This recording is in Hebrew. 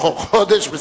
חודש.